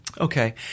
Okay